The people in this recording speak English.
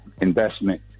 investment